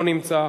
לא נמצא,